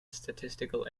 statistical